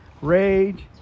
rage